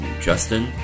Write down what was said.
Justin